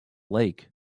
lake